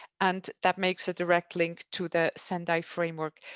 and that makes a direct link to the sendai framework.